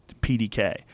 PDK